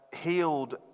Healed